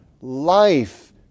life